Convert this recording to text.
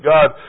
God